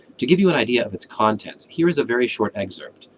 to give you an idea of its contents, here is a very short excerpt,